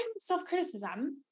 self-criticism